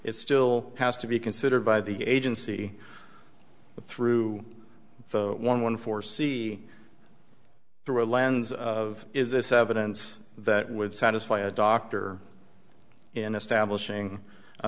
it still has to be considered by the agency through so one for c through a lens of is this evidence that would satisfy a doctor in establishing a